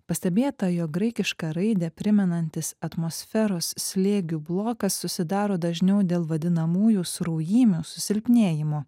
pastebėta jog graikišką raidę primenantis atmosferos slėgių blokas susidaro dažniau dėl vadinamųjų sraujymių susilpnėjimo